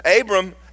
Abram